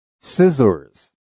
Scissors